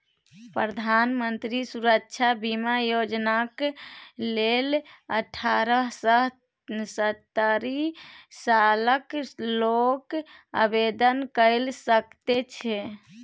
प्रधानमंत्री सुरक्षा बीमा योजनाक लेल अठारह सँ सत्तरि सालक लोक आवेदन कए सकैत छै